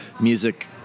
Music